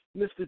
Mr